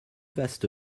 vaste